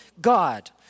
God